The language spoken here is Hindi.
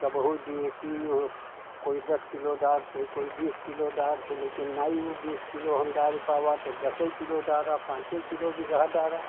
तब भी डी ए पी वह कोई दस किलो डालता है कोई बीस किलो डालता है लेकिन नहीं वह बीस किलो हम डाल पाएँगे तो दस ही किलो डालो पाँच ही किलो बीघा डालो